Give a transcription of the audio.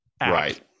Right